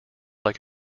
like